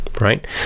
Right